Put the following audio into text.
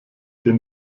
den